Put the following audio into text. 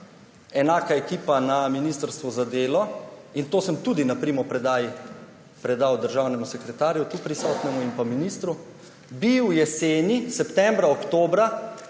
enaka ekipa na ministrstvu za delo, in to sem tudi na primopredaji predal državnemu sekretarju, tu prisotnemu, in pa ministru, bi v jeseni, septembra, oktobra,